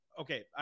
Okay